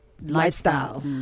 Lifestyle